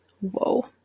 Whoa